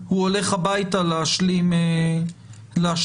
הוא הולך הביתה להשלים בבית.